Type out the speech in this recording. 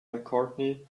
mccartney